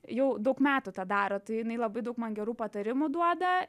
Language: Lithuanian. jau daug metų tą daro tai jinai labai daug man gerų patarimų duoda